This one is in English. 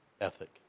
ethic